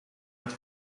het